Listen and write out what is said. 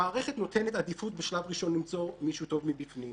המערכת נותנת עדיפות בשלב ראשון למצוא מישהו טוב מבפנים.